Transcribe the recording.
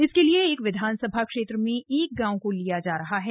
इसके लिए एक विधानसभा क्षेत्र में एक गांव को लिया जा रहा है